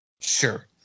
Sure